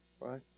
right